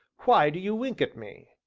why do you wink at me?